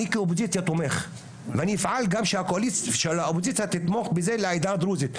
אני כאופוזיציה תומך ואני אפעל גם שהאופוזיציה תתמוך בזה לעדה הדרוזית,